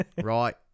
Right